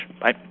Bye